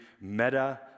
meta